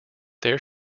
there